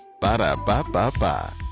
Ba-da-ba-ba-ba